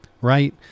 Right